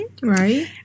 Right